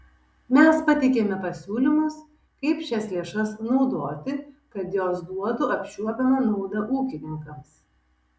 mes pateikėme pasiūlymus kaip šias lėšas naudoti kad jos duotų apčiuopiamą naudą ūkininkams